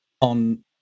on